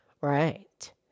Right